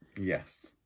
Yes